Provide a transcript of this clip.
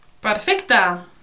Perfecta